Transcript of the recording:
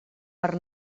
per